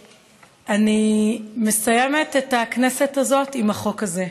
אני מסיימת את הכנסת הזאת עם החוק הזה.